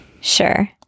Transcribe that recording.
Sure